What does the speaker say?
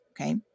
okay